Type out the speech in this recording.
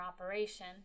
operation